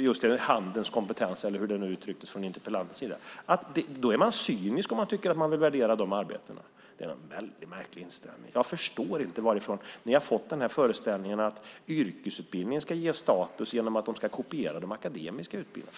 just en handens kompetens, eller hur det nu uttrycktes från interpellantens sida - säga att man är cynisk om man vill värdera de arbetena? Det är en väldigt märklig inställning. Jag förstår inte varifrån ni har fått föreställningen att yrkesutbildningen ska ges status genom att akademiska utbildningar ska kopieras.